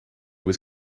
was